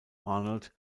arnold